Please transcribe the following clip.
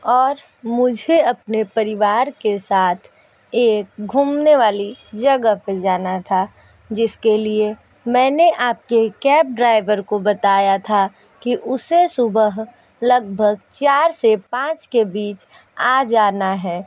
और मुझे अपने परिवार के साथ एक घूमने वाली जगह पे जाना था जिसके लिए मैंने आपके कैब ड्राइवर को बताया था कि उसे सुबह लगभग चार से पाँच के बीच आ जाना है